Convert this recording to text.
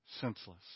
senseless